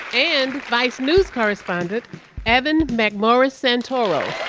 and vice news correspondent evan mcmorris-santoro